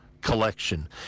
collection